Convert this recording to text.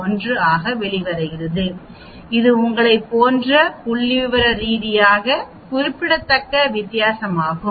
0011 ஆக வெளிவருகிறது இது உங்களைப் போன்ற புள்ளிவிவர ரீதியாக குறிப்பிடத்தக்க வித்தியாசமாகும்